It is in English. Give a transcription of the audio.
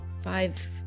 five